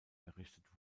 errichtet